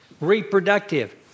Reproductive